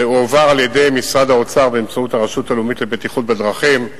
שהועבר על-ידי משרד האוצר באמצעות הרשות הלאומית לבטיחות בדרכים,